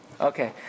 Okay